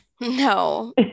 No